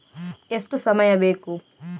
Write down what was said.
ಎಷ್ಟು ಸಮಯ ಬೇಕು?